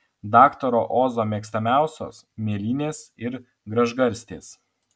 daktaro ozo mėgstamiausios mėlynės ir gražgarstės